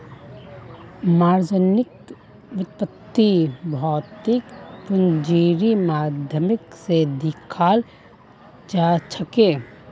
margin वित्तक भौतिक पूंजीर माध्यम स दखाल जाछेक